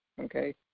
okay